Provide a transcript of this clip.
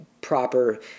proper